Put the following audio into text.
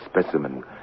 specimen